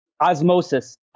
Osmosis